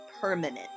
permanent